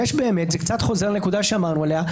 זה קצת חוזר לנקודה שדיברנו עליה,